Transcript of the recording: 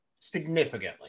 significantly